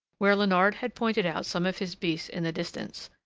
where leonard had pointed out some of his beasts in the distance.